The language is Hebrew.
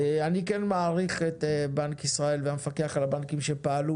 אני מעריך את בנק ישראל והמפקח על הבנקים שפעלו